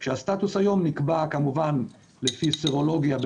כשהסטטוס היום נקבע כמובן לפי סרולוגיה,